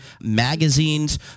magazines